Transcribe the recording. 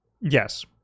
Yes